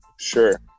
Sure